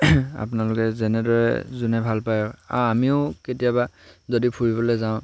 আপোনালোকে যেনেদৰে যোনে ভাল পায় আৰু আমিও কেতিয়াবা যদি ফুৰিবলৈ যাওঁ